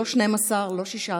לא 12, לא 16,